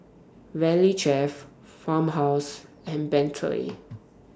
Valley Chef Farmhouse and Bentley